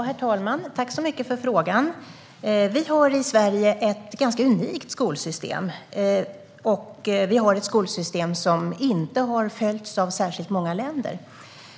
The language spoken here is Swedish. Herr talman! Tack så mycket för frågan! Vi har i Sverige ett ganska unikt skolsystem som inte har följts av särskilt många länder.